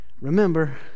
Remember